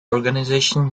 organization